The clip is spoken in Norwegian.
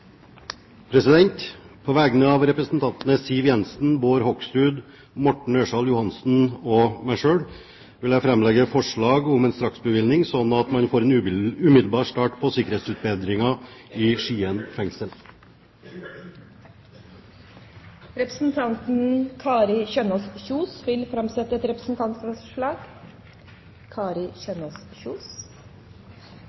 På vegne av representantene Siv Jensen, Bård Hoksrud, Morten Ørsal Johansen og meg selv vil jeg framlegge forslag om bevilgning til umiddelbar start på sikkerhetsutbedringer i Telemark Fengsel, avdeling Skien. Representanten Kari Kjønaas Kjos vil framsette et representantforslag.